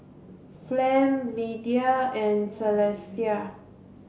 Flem Lidia and Celestia